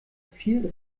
viel